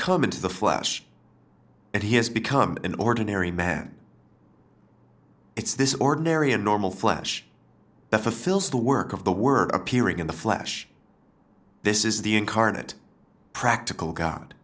come into the flesh and he has become an ordinary man it's this ordinary and normal flash fulfills the work of the word appearing in the flesh this is the incarnate practical god